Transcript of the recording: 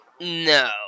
No